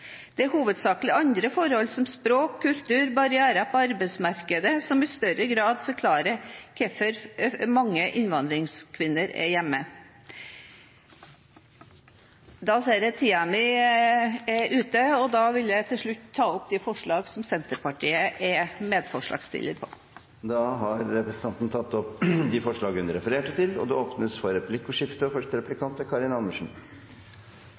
Det er hovedsakelig andre forhold, som språk, kultur og barrierer på arbeidsmarkedet, som i større grad forklarer hvorfor mange innvandrerkvinner er hjemme. Jeg ser at taletiden min er ute. Da vil jeg til slutt ta opp de forslagene der Senterpartiet er medforslagsstiller sammen med Sosialistisk Venstreparti, og det forslaget Senterpartiet har alene. Representanten Heidi Greni har tatt opp de forslagene hun refererte til. Det blir replikkordskifte. SV og